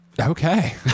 Okay